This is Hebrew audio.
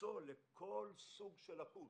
למצוא לכל סוג של לקות